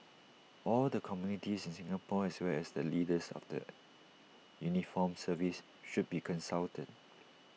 all the communities in Singapore as well as the leaders of the uniformed services should be consulted